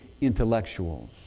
intellectuals